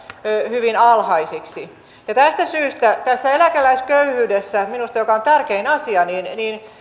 hyvin alhaisiksi tästä syystä minusta tässä eläkeläisköyhyydessä joka on tärkein asia